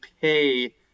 pay